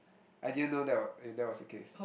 I didn't know that were that was the case